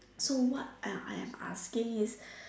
so what I I am asking is